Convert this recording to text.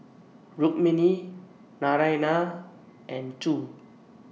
Rukmini Naraina and Choor